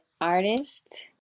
artist